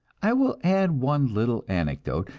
i will add one little anecdote,